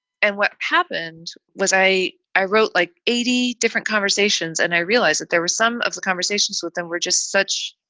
and what happened was i. i wrote like eighty different conversations and i realized that there were some of the conversations with them were just such